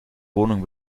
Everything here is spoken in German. wohnung